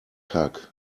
hug